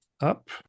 up